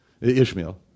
Ishmael